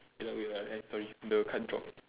ya wait ah eh sorry the card drop